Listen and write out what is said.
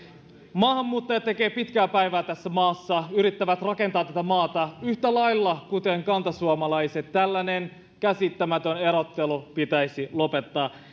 maahanmuuttajat tekevät pitkää päivää tässä maassa yrittävät rakentaa tätä maata yhtä lailla kuin kantasuomalaiset tällainen käsittämätön erottelu pitäisi lopettaa